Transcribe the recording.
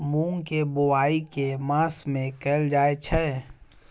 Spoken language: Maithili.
मूँग केँ बोवाई केँ मास मे कैल जाएँ छैय?